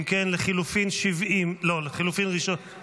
אם כן, לחלופין 70, סליחה,